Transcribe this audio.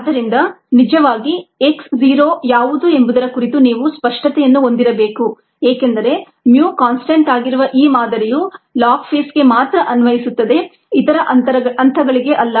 ಆದ್ದರಿಂದ ನಿಜವಾಗಿ x zero ಯಾವುದು ಎಂಬುದರ ಕುರಿತು ನೀವು ಸ್ಪಷ್ಟತೆಯನ್ನು ಹೊಂದಿರಬೇಕು ಏಕೆಂದರೆ mu ಕಾನ್ಸ್ಟಂಟ್ ಆಗಿರುವ ಈ ಮಾದರಿಯು ಲಾಗ್ ಫೇಸ್ಗೆ ಮಾತ್ರ ಅನ್ವಯಿಸುತ್ತದೆ ಇತರ ಹಂತಗಳಿಗೆ ಅಲ್ಲ